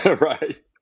Right